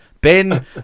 Ben